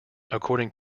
according